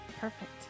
Perfect